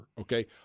Okay